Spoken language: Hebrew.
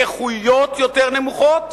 באיכויות יותר נמוכות,